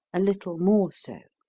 a little more so